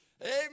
Amen